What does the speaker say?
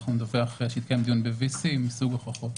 נדווח שהתקיים דיון ב-VC מסוג הוכחות,